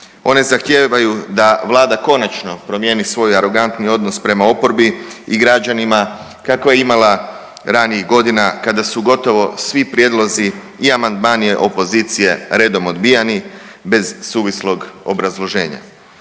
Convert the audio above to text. One zahtijevaju da Vlada konačno promijeni svoj arogantni odnos prema oporbi i građanima kakve je imala ranijih godina kada su gotovo svi prijedlozi i amandmani opozicije redom odbijani bez suvislog obrazloženja.